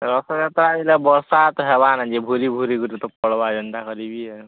ରଥଯାତ୍ରା ଆଇଲେ ବର୍ଷା ତ ହେବା ନାଇଁ ଯେ ଭୁରି ଭୁରି କରି ତ ପଡ଼ବା ଯେନ୍ତା କରି ବି ଏ